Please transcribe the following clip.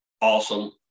awesome